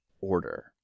order